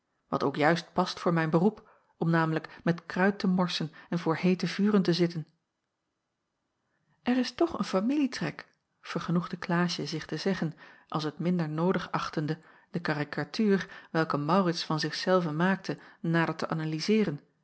wat ook juist past voor mijn beroep om namelijk met kruit te morsen en voor heete vuren te zitten jacob van ennep laasje r is toch een familietrek vergenoegde klaasje zich te zeggen als het minder noodig achtende de karikatuur welke maurits van zich zelven maakte nader te analyzeeren